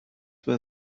were